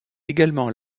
également